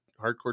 hardcore